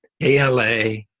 ALA